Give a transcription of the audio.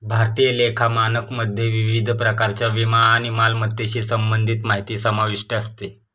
भारतीय लेखा मानकमध्ये विविध प्रकारच्या विमा आणि मालमत्तेशी संबंधित माहिती समाविष्ट असते